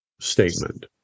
statement